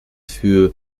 für